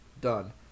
done